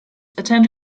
attend